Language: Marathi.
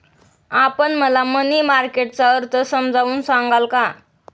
आपण मला मनी मार्केट चा अर्थ समजावून सांगाल का?